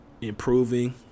improving